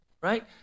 right